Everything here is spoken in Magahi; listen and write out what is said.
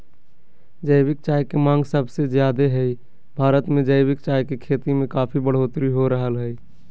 जैविक चाय के मांग सबसे ज्यादे हई, भारत मे जैविक चाय के खेती में काफी बढ़ोतरी हो रहल हई